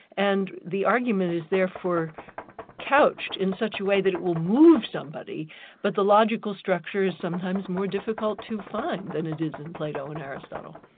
and the argument is therefore couched in such a way that it will move somebody but the logical stricture is sometimes more difficult to find than it is in plato and aristotle.